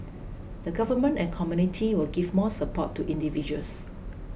the government and community will give more support to individuals